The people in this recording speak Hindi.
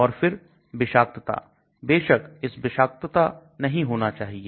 और फिर विषाक्तता बेशक इसे विषाक्त नहीं होना चाहिए